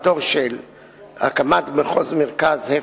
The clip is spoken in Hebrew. הקמת מחוז מרכז),